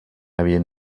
havien